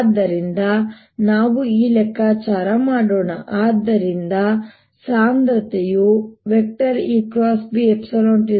ಆದ್ದರಿಂದ ನಾವು ಈಗ ಲೆಕ್ಕಾಚಾರ ಮಾಡೋಣ ಆದ್ದರಿಂದ ಆವೇಗ ಸಾಂದ್ರತೆಯು 0 2π0s ಆಗಿರುತ್ತದೆ